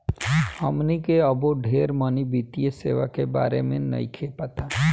हमनी के अबो ढेर मनी वित्तीय सेवा के बारे में नइखे पता